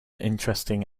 interesting